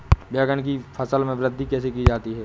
बैंगन की फसल में वृद्धि कैसे की जाती है?